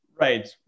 Right